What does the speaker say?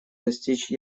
достичь